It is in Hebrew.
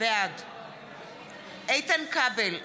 בעד איתן כבל,